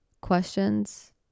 questions